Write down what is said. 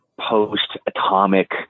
post-atomic